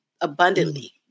abundantly